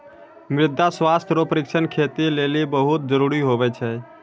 मृदा स्वास्थ्य रो परीक्षण खेती लेली बहुत जरूरी हुवै छै